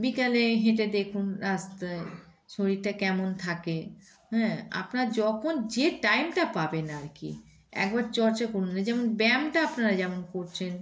বিকালে হেঁটে দেখুন রাস্তায় শরীরটা কেমন থাকে হ্যাঁ আপনারা যখন যে টাইমটা পাবেন আর কি একবার চর্চা করুন না যেমন ব্যায়ামটা আপনারা যেমন করছেন